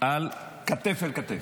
על כתף אל כתף.